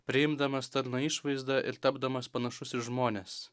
priimdamas tarno išvaizdą ir tapdamas panašus į žmones